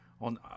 On